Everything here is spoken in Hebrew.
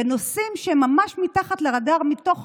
בנושאים שהם ממש מתחת לרדאר, מתוך